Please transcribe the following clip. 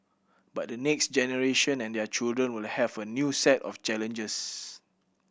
but the next generation and their children will have a new set of challenges